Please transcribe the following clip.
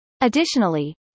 Additionally